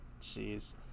Jeez